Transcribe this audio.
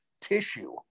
tissue